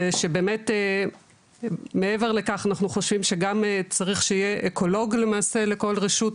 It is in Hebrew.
ושבאמת מעבר לכך אנחנו חושבים שגם צריך שיהיה אקולוג למעשה לכל רשות,